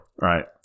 Right